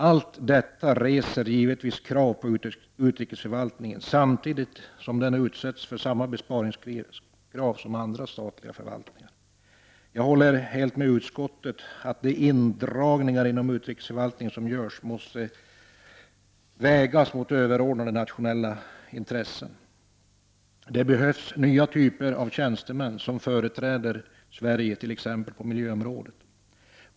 Allt detta reser givetvis krav på utrikesförvaltningen, samtidigt som denna utsätts för samma besparingskrav som andra statliga förvaltningar. Jag håller helt med utskottet om att de indragningar som görs inom utrikesförvaltningen måste vägas mot överordnade nationella intressen. Det behövs nya typer av tjänstemän som företräder Sverige på t.ex. miljöområdet.